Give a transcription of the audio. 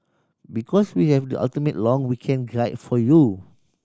because we have the ultimate long weekend guide for you